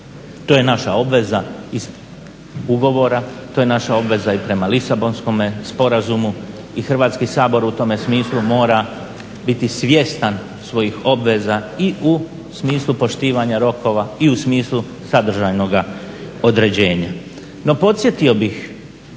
To je naša obveza iz ugovora, to je naša obveza i prema Lisabonskom sporazumu i Hrvatski sabor u tome smislu mora biti svjestan svojih obveza i u smislu poštivanja rokova i u smislu sadržajnoga određenja. No podsjetio bih